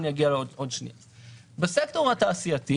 בסקטור התעשייתי